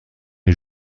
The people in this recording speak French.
les